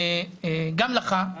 גם לך.